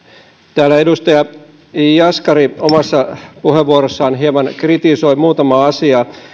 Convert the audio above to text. täällä edustaja jaskari omassa puheenvuorossaan hieman kritisoi muutamaa asiaa